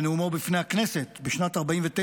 בנאומו בפני הכנסת בשנת 1949,